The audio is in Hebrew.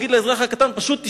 להגיד לאזרח הקטן: פשוט תשתוק.